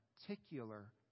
particular